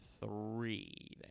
three